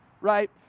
right